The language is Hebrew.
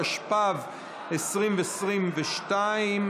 התשפ"ב 2022,